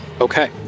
Okay